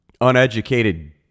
uneducated